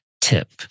tip